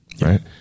Right